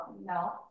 no